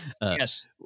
Yes